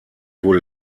wurde